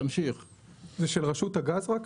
רק של רשות הגז.